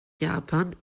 japan